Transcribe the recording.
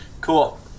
Cool